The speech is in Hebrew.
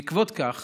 בעקבות כך